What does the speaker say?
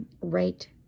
right